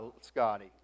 Scotty